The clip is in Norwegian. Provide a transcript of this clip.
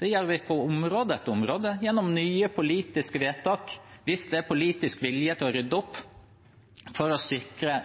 Det gjør vi på område etter område gjennom nye politiske vedtak, hvis det er politisk vilje til å rydde opp for å sikre